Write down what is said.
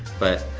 but,